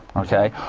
okay,